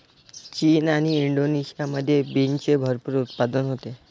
चीन आणि इंडोनेशियामध्ये बीन्सचे भरपूर उत्पादन होते